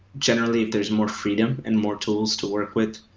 generally, if there's more freedom and more tools to work with,